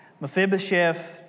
Mephibosheth